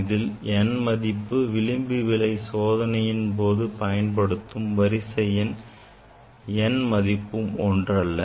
இதிலுள்ள n மதிப்பும் விளிம்பு விளைவு சோதனையில் பயன்படுத்தும் வரிசை எண் n ம் ஒன்றல்ல